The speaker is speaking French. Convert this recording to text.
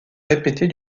répétée